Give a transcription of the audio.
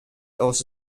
also